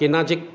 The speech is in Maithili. एना जे